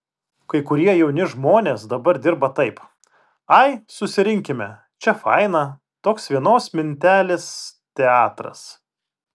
kai kurie jauni žmonės dabar dirba taip ai susirinkime čia faina toks vienos mintelės teatras